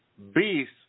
Beast